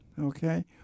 okay